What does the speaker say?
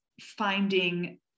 finding